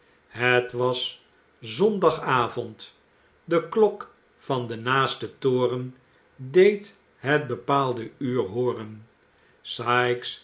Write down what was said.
het was zondagavond de klok van den naasten toren deed het bepaalde uur hooren